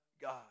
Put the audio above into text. God